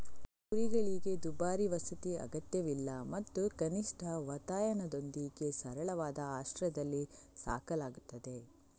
ಕುರಿಗಳಿಗೆ ದುಬಾರಿ ವಸತಿ ಅಗತ್ಯವಿಲ್ಲ ಮತ್ತು ಕನಿಷ್ಠ ವಾತಾಯನದೊಂದಿಗೆ ಸರಳವಾದ ಆಶ್ರಯದಲ್ಲಿ ಸಾಕಲಾಗುತ್ತದೆ